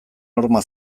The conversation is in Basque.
horma